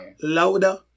louder